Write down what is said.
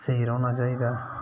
स्हेई रौह्ना चाहिदा